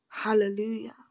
Hallelujah